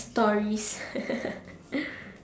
stories